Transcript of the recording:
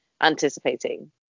anticipating